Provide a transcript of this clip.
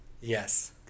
Yes